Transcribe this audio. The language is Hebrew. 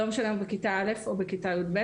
לא משנה אם הוא בכיתה א' הוא בכיתה י"ב,